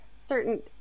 certain